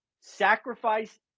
sacrifice